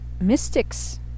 mystics